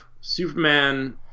Superman